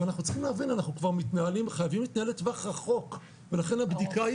אנחנו צריכים להבין שאנחנו חייבים להתנהל לטווח רחוק ולכן הבדיקה היא